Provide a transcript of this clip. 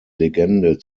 legende